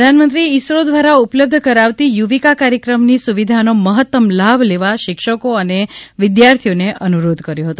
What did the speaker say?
પ્રધાનમંત્રીએ ઇસરો દ્વારા ઉપલબ્ધ કરાવાતી યુવિકા કાર્યક્રમની સુવિધાનો મહત્તમ લાભ લેવા શિક્ષકો અને વિદ્યાર્થીઓને અનુરોધ કર્યો હતો